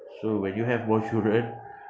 so when you have more children